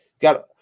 Got